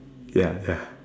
ya ya